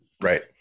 Right